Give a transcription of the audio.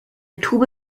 tube